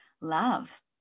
love